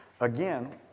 Again